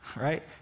right